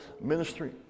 ministry